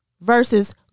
versus